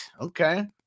Okay